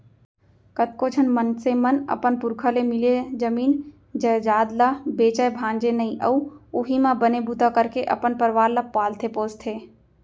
कतको झन मनसे मन अपन पुरखा ले मिले जमीन जयजाद ल बेचय भांजय नइ अउ उहीं म बने बूता करके अपन परवार ल पालथे पोसथे